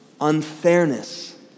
unfairness